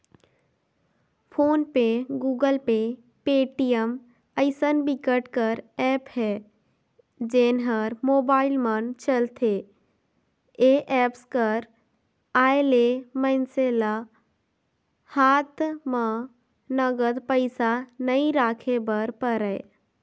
phone pay, Google pay, Paytm अइसन बिकट कर ऐप हे जेन ह मोबाईल म चलथे ए एप्स कर आए ले मइनसे ल हात म नगद पइसा नइ राखे बर परय